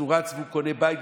אז הוא רץ וקונה בית.